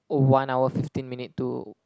oh one hour fifteen minute to